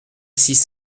six